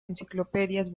enciclopedias